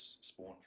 spawned